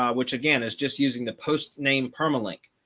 um which again, is just using the post name perma link,